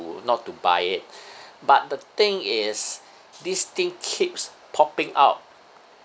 not to buy it but the thing is this thing keeps popping up